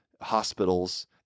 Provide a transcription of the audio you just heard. hospitals